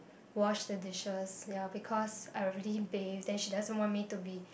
wash the dishes ya because I already bathe then she doesn't want me to be